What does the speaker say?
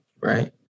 right